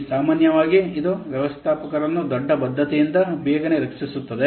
ಇಲ್ಲಿ ಸಾಮಾನ್ಯವಾಗಿ ಇದು ವ್ಯವಸ್ಥಾಪಕರನ್ನು ದೊಡ್ಡ ಬದ್ಧತೆಯಿಂದ ಬೇಗನೆ ರಕ್ಷಿಸುತ್ತದೆ